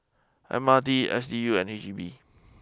M R T S D U and H E B